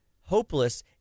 hopeless